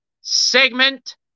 segment